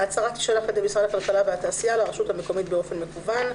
ההצהרה תישלח על ידי משרד הכלכלה והתעשייה לרשות המקומית באופן מקוון,